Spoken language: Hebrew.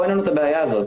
פה אין את הבעיה הזאת,